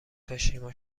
کاشیما